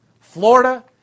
Florida